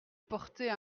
porter